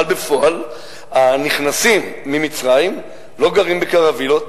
אבל בפועל הנכנסים ממצרים לא גרים בקרווילות,